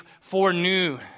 foreknew